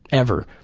ever.